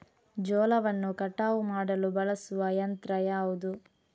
ಜೋಳವನ್ನು ಕಟಾವು ಮಾಡಲು ಬಳಸುವ ಯಂತ್ರ ಯಾವುದು?